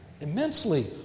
immensely